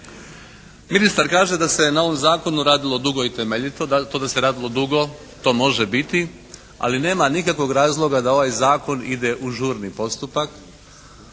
Ministar kaže da se na ovom zakonu radilo dugo i temeljito. To da se radilo dugo to može biti, ali nema nikakvog razloga da ovaj zakon ide u žurni postupak.